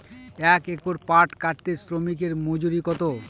এক একর পাট কাটতে শ্রমিকের মজুরি কত?